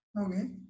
Okay